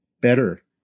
better